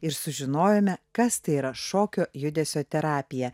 ir sužinojome kas tai yra šokio judesio terapija